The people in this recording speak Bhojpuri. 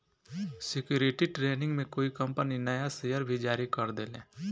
सिक्योरिटी ट्रेनिंग में कोई कंपनी नया शेयर भी जारी कर देले